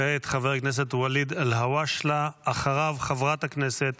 כעת, חבר הכנסת וליד אלהואשלה, אחריו חברת הכנסת